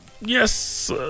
yes